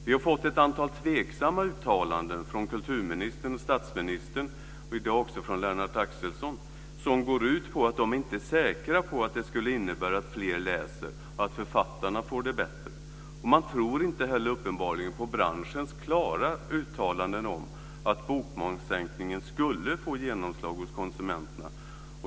Vi har fått ett antal tveksamma uttalanden från kulturministern och statsministern, i dag också från Lennart Axelsson, som går ut på att de inte är säkra på att det skulle innebära att fler läser och att författarna får det bättre. Man tror uppenbarligen inte heller på branschens klara uttalanden om att bokmomssänkningen skulle få genomslag hos konsumenterna.